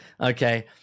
Okay